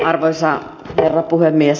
arvoisa herra puhemies